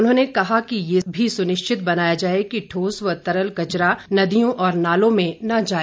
उन्होंने कहा कि ये भी सुनिश्चित बनाया जाए कि ठोस व तरल कचरा नदियों और नालों में न जाए